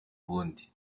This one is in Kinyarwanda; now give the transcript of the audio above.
ubundi